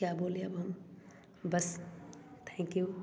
क्या बोले अब हम बस थैंक्यू